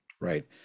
Right